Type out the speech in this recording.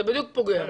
זה בדיוק פוגע.